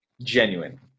Genuine